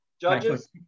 Judges